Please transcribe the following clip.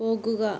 പോകുക